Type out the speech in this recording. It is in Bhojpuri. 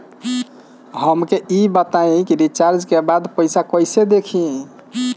हमका ई बताई कि रिचार्ज के बाद पइसा कईसे देखी?